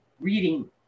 reading